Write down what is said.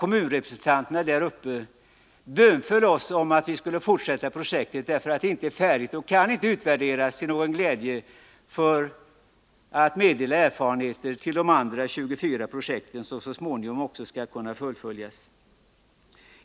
Kommunrepresentanterna där uppe bönföll oss ju om att vi skulle fortsätta med projektet, eftersom det inte är färdigt och inte kan utvärderas och ge erfarenheter till glädje för de andra 24 projekten som så småningom också skall fullföljas.